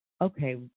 okay